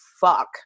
fuck